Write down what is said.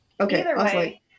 Okay